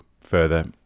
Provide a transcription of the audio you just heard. further